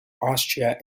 austria